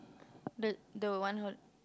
but the one hold